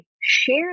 share